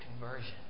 conversion